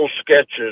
sketches